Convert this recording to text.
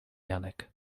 janek